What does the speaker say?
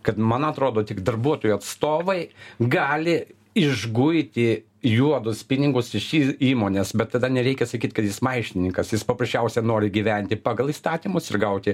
kad man atrodo tik darbuotojų atstovai gali išguiti juodus pinigus iš įmonės bet tada nereikia sakyt kad jis maištininkas jis paprasčiausia nori gyventi pagal įstatymus ir gauti